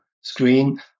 screen